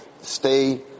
stay